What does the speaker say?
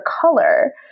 color